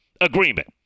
agreement